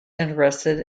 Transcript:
interested